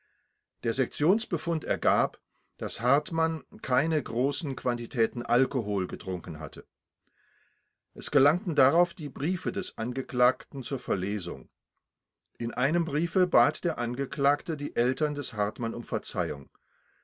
der sektionsbefund ergab daß hartmann keine großen quantitäten alkohol getrunken hatte es gelangten darauf die briefe des angeklagten zur verlesung in einem briefe bat der angeklagte die eltern des hartmann um verzeihung